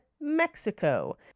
Mexico